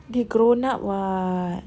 they're grown up [what]